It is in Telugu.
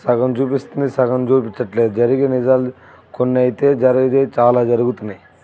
సగం చూపిస్తుంది సగం చూపించడంలేదు జరిగే నిజాలు కొన్నయితే జరిగేవి చాలా జరుగుతున్నాయి